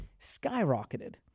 skyrocketed